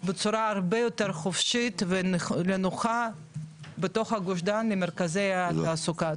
בצורה הרבה יותר חופשית ונוחה בתוך גוש דן עם מרכזי התעסוקה.